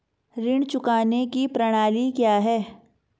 ऋण चुकाने की प्रणाली क्या है?